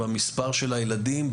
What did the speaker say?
במספר של הילדים,